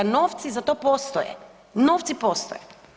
Novci za to postoje, novci postoje.